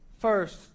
first